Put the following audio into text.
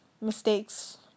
mistakes